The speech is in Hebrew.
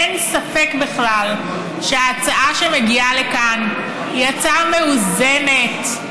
אין ספק בכלל שההצעה שמגיעה לכאן היא הצעה מאוזנת,